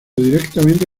directamente